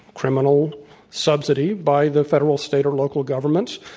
criminal su bsidy by the federal, state, or local governments.